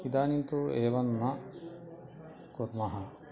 इदानीं तु एवं न कुर्मः